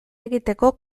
egiteko